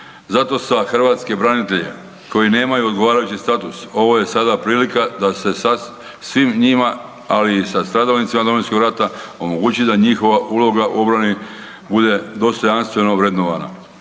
Zato hrvatske branitelje koji nemaju odgovarajući status ovo je sada prilika da se svima njima, ali i stradalnicima Domovinskog rata omogući da njihova uloga u obrani bude dostojanstveno vrednovana.